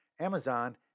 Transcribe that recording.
Amazon